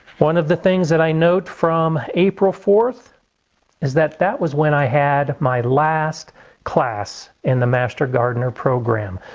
one of the things that i note from april fourth is that that was when i had my last class in the master gardener program.